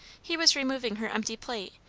he was removing her empty plate,